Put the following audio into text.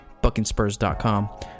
BuckingSpurs.com